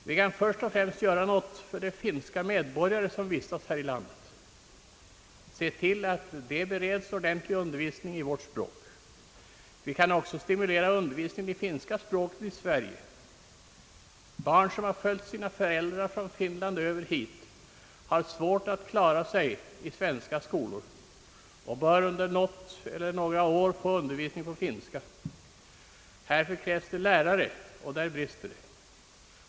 Vi kan först och främst göra något för de finska medborgare som vistas här i landet och se till att ordentlig undervisning i vårt språk bereds dem. Vi kan också stimulera undervisningen i finska språket i Sverige. Barn som följt sina föräldrar från Finland över hit har svårt att klara sig i svenska skolor och bör under något eller några år få undervisning på finska. Härför krävs lärare, och därvidlag brister det.